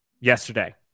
yesterday